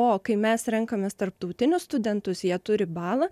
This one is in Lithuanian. o kai mes renkamės tarptautinius studentus jie turi balą